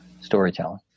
storytelling